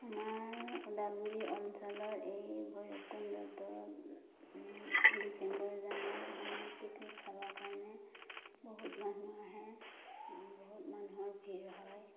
আমাৰ ওদালগুৰি অঞ্চলৰ এই ভৈৰৱ কুণ্ডত ডিচেম্বৰ জানুৱাৰীৰ সময়ত পিকনিক খাবৰ কাৰণে বহুত মানুহ আহে বহুত মানুহৰ ভিৰ হয়